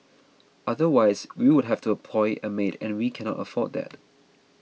otherwise we would have to employ a maid and we cannot afford that